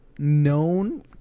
known